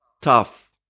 Tough